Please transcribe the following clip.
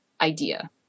idea